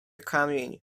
kamień